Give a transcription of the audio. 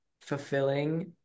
fulfilling